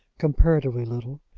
comparatively little.